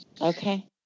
Okay